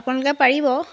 আপোনালোকে পাৰিব